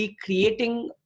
creating